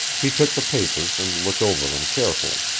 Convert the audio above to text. he took the papers and looked over them carefully.